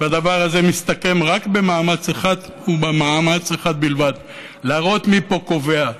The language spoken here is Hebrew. והדבר הזה מסתכם רק במאמץ אחד ובמאמץ אחד בלבד: להראות מי פה קובע.